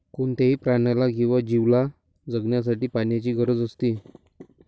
कोणत्याही प्राण्याला किंवा जीवला जगण्यासाठी पाण्याची गरज असते